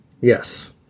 Yes